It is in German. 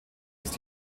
ist